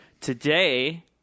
today